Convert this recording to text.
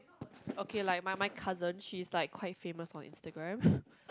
okay like my my cousin she's like quite famous on Instagram